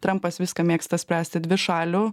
trampas viską mėgsta spręsti dvišalių